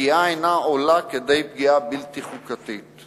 הפגיעה אינה עולה כדי פגיעה בלתי חוקתית.